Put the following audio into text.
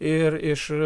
ir iš